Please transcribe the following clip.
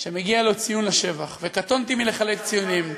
שמגיע לו ציון לשבח, וקטונתי מלחלק ציונים,